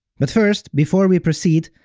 but first, before we proceed,